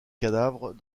cadavres